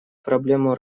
проблему